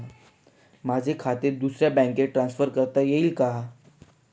माझे खाते दुसऱ्या बँकेत ट्रान्सफर करता येईल का?